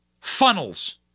funnels